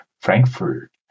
Frankfurt